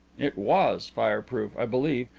it was fireproof, i believe,